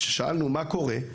כששאלנו מה קורה,